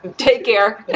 take care.